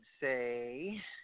say